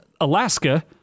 Alaska